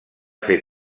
fer